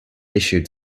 issued